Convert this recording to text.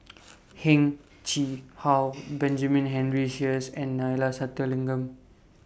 Heng Chee How Benjamin Henry Sheares and Neila Sathyalingam